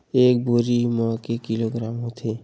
एक बोरी म के किलोग्राम होथे?